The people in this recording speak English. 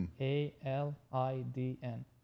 A-L-I-D-N